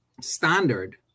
standard